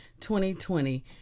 2020